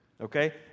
okay